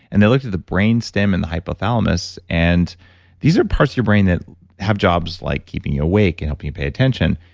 and they looked at the brainstem and the hypothalamus. and these are parts of your brain that have jobs like keeping you awake and helping you pay attention.